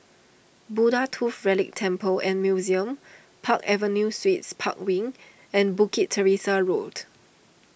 Buddha Tooth Relic Temple and Museum Park Avenue Suites Park Wing and Bukit Teresa Road